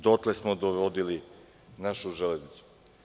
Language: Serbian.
Dotle smo dovodili našu „Železnicu“